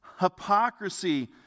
hypocrisy